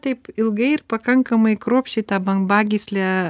taip ilgai ir pakankamai kruopščiai tą bambagyslę